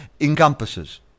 encompasses